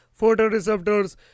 photoreceptors